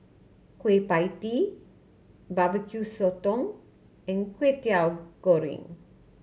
Kueh Pie Tee Barbecue Sotong and Kwetiau Goreng